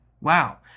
wow